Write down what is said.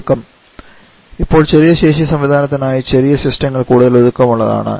ഒതുക്കം ഇപ്പോൾ ചെറിയ ശേഷി സംവിധാനത്തിനായി ചെറിയ സിസ്റ്റങ്ങൾ കൂടുതൽ ഒതുക്കമുള്ളതാണ്